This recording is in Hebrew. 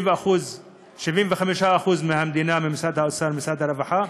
זה 75% מהמדינה, ממשרד האוצר וממשרד הרווחה